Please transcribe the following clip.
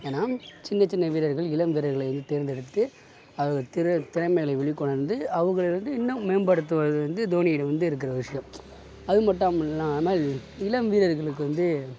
ஏன்னால் சின்ன சின்ன வீரர்கள் இளம் வீரர்களை வந்து தேர்ந்தெடுத்து அவர் திற திறமைகளை வெளிக்கொணர்ந்து அவங்களை வந்து இன்னும் மேம்படுத்துவது வந்து தோனியிடம் வந்து இருக்கிற விஷயம் அது மட்டும் இல்லாமல் இளம் வீரர்களுக்கு வந்து